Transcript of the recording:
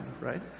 right